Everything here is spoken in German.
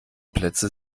plätze